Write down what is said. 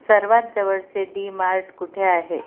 सर्वात जवळचे डी मार्ट कुठे आहे